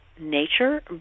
nature